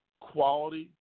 quality